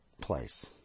place